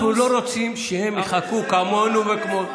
אנחנו לא רוצים שהם יחכו כמונו וכמו,